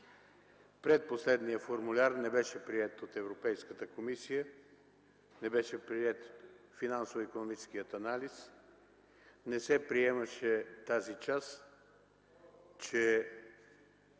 Предпоследният формуляр не беше приет от Европейската комисия. Не беше приет Финансово икономическият анализ – не се приемаше тази част, че